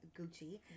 gucci